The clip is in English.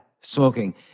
smoking